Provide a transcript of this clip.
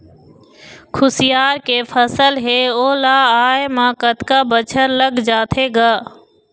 खुसियार के फसल हे ओ ला आय म कतका बछर लग जाथे गा?